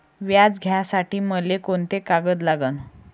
व्याज घ्यासाठी मले कोंते कागद लागन?